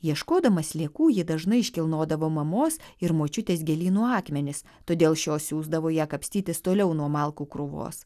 ieškodama sliekų ji dažnai iškilnodavo mamos ir močiutės gėlynų akmenis todėl šios siųsdavo ją kapstytis toliau nuo malkų krūvos